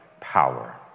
power